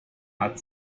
hat